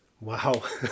wow